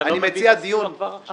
אתה לא מכניס כבר עכשיו?